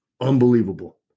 unbelievable